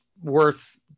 worth